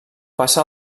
passa